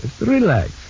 Relax